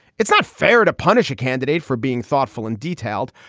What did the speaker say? it's not fair to punish a candidate for being thoughtful and detailed.